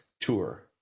tour